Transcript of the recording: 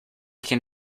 can